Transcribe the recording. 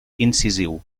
incisiu